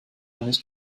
nicht